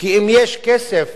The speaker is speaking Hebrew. אם יש כסף